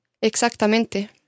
Exactamente